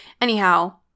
Anyhow